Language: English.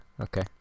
okay